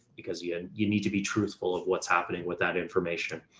because you had, you need to be truthful of what's happening with that information.